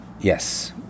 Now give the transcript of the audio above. Yes